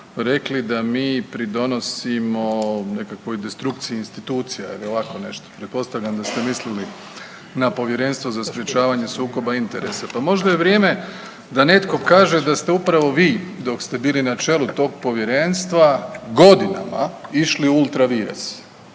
rekli da mi pridonosimo nekakvoj destrukciji institucija ili ovako nešto. Pretpostavljam da ste mislili na Povjerenstvo za sprječavanje sukoba interesa, pa možda je vrijeme da netko kaže da ste upravo vi dok ste bili na čelu tog povjerenstva godina išli ultra vires,